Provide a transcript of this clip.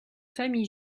famille